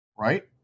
right